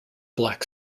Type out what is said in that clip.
black